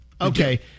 Okay